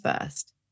first